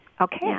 Okay